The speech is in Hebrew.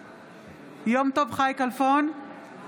בעד יום טוב חי כלפון, אינו